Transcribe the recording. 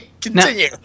continue